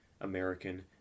American